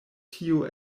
tio